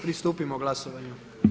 Pristupimo glasovanju.